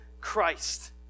Christ